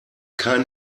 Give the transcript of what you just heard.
kein